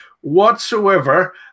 whatsoever